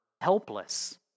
helpless